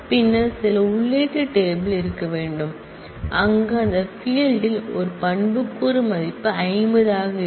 பின்னர் சில உள்ளீட்டு டேபிள் இருக்க வேண்டும் அங்கு அந்த ஃபீல்ட் ல் ஒரு ஆட்ரிபூட்ஸ் மதிப்பு 50 ஆக இருக்கும்